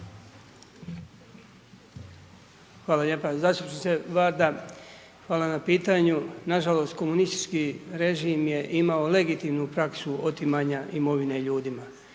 Hvala lijepo zastupniče Varda. Hvala na pitanju. Nažalost, komunistički režim je imao legitimnu praksu otimanja imovine ljudima.